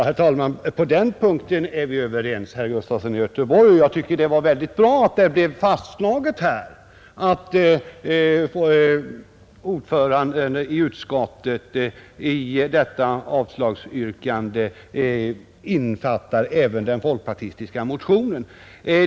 Herr talman! Ja, på den punkten är vi överens, herr Gustafson, och jag tycker att det var mycket bra att det blev fastslaget att utskottets ordförande i sitt avslagsyrkande även innefattar den folkpartistiska motionen.